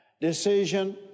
Decision